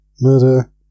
Murder